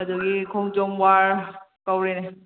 ꯑꯗꯒꯤ ꯈꯣꯡꯖꯣꯝ ꯋꯥꯔ ꯀꯧꯔꯤꯅꯤ